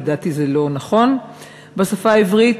לדעתי זה לא נכון בשפה העברית,